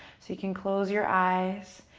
so you can close your eyes.